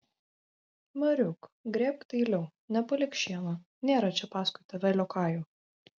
mariuk grėbk dailiau nepalik šieno nėra čia paskui tave liokajų